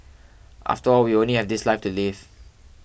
after all we only have this life to live